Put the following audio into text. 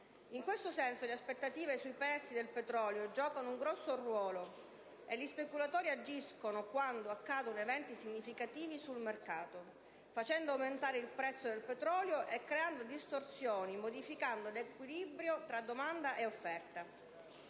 In questo senso le aspettative sui prezzi del petrolio giocano un grosso ruolo e gli speculatori agiscono quando accadono eventi significativi sul mercato, facendo aumentare il prezzo del petrolio e creando distorsioni che modificano l'equilibrio tra domanda e offerta.